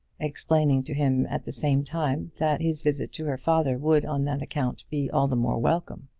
explaining to him at the same time that his visit to her father would on that account be all the more welcome.